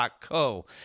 co